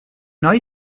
neue